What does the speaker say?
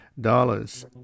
dollars